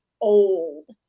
old